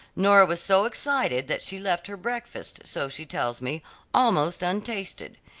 nora was so excited that she left her breakfast so she tells me almost untasted.